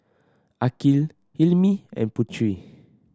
Aqil Hilmi and Putri